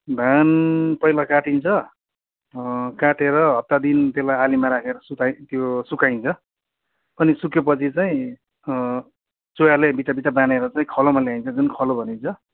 धान पहिला काटिन्छ काटेर हप्ता दिन त्यसलाई आलीमा राखेर त्यो सुताइ त्यो सुकाइन्छ अनि सुक्यो पछि चाहिँ चोयाले बिटा बिटा बानेर चाहिँ खलोमा ल्याइन्छ जुन खलो भनिन्छ